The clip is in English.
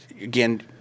again